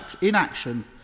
inaction